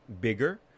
Bigger